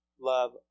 love